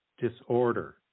disorder